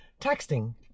texting